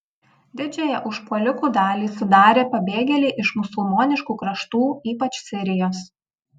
didžiąją užpuolikų dalį sudarė pabėgėliai iš musulmoniškų kraštų ypač sirijos